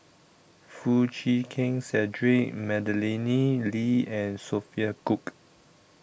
Foo Chee Keng Cedric Madeleine Lee and Sophia Cooke